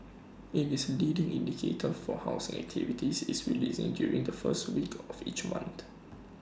IT is leading indicator for housing activity is released during the first week of each month